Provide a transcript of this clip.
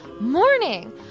morning